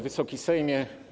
Wysoki Sejmie!